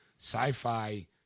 sci-fi